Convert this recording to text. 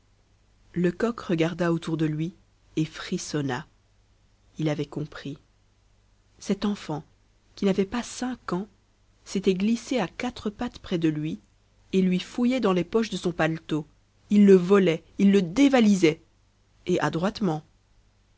lecoq regarda autour de lui et frissonna il avait compris cet enfant qui n'avait pas cinq ans s'était glissé à quatre pattes près de lui et lui fouillait dans les poches de son paletot il le volait il le dévalisait et adroitement